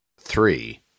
three